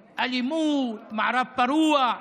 אלימות, מערב פרוע.